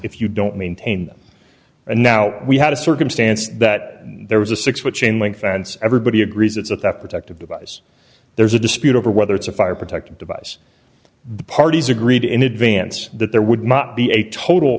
if you don't maintain and now we had a circumstance that there was a six foot chain link fence everybody agrees it's at that protective device there's a dispute over whether it's a fire protective device the parties agreed in advance that there would not be a total